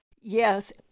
Yes